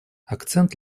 акцент